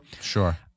Sure